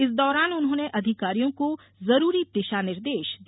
इस दौरान उन्होंने अधिकारियों को जरूरी दिशा निर्देश दिया